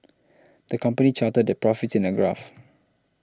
the company charted their profits in a graph